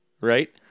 Right